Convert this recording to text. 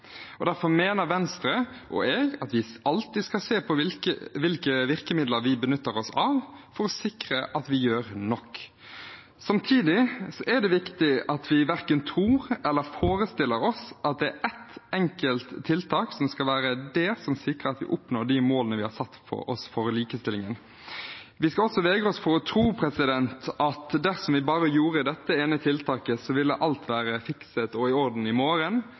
fora. Derfor mener Venstre og jeg at vi alltid skal se på hvilke virkemidler vi benytter oss av, for å sikre at vi gjør nok. Samtidig er det viktig at vi verken tror eller forestiller oss at det er ett enkelt tiltak som skal være det som sikrer at vi oppnår de målene vi har satt oss for likestillingen. Vi skal også vegre oss for å tro at dersom vi bare satte inn dette ene tiltaket, så ville alt være fikset og i orden i morgen,